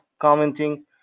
commenting